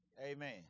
Amen